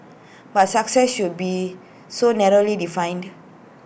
but success should be so narrowly defined